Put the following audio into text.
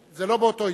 זה לא באותו עניין.